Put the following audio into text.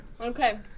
Okay